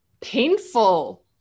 painful